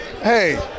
Hey